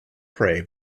prey